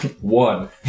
One